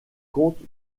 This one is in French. compte